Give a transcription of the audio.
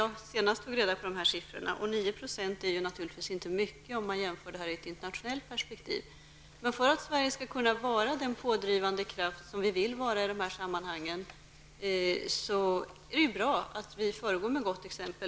jag fick mina sifferuppgifter. 9 % är naturligtvis inte mycket i ett internationellt perspektiv. För att Sverige skall kunna vara den pådrivande kraft som vi vill att vårt land skall vara i dessa sammanhang är det bra att vi föregår med gott exempel.